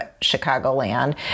Chicagoland